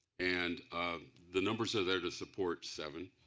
and the numbers are there to support seven.